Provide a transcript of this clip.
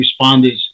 responders